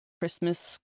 Christmas